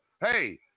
hey